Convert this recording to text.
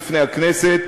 בפני הכנסת,